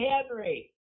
Henry